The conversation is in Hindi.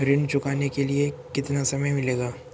ऋण चुकाने के लिए कितना समय मिलेगा?